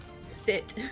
sit